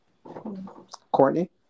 Courtney